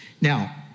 Now